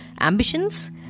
ambitions